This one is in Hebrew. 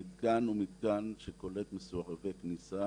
המתקן הוא מתקן שכולא מסורבי כניסה